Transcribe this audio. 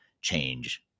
change